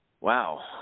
wow